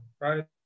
right